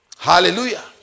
Hallelujah